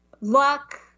Luck